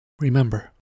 Remember